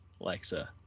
Alexa